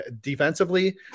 defensively